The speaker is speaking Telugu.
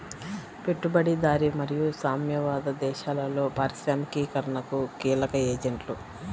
పెట్టుబడిదారీ మరియు సామ్యవాద దేశాలలో పారిశ్రామికీకరణకు కీలక ఏజెంట్లు